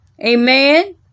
amen